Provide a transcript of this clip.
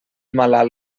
malalt